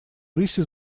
рыси